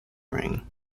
ring